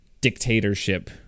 dictatorship